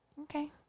Okay